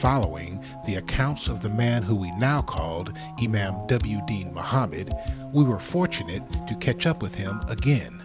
following the accounts of the man who we now called the hobbit we were fortunate to catch up with him again